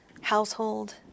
household